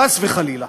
חס וחלילה.